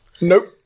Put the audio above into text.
Nope